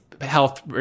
health